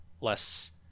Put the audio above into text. less